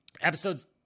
Episodes